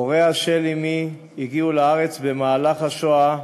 הוריה של אמי הגיעו לארץ במהלך השואה,